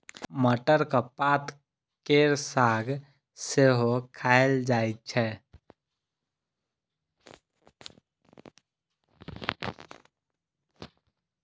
मटरक पात केर साग सेहो खाएल जाइ छै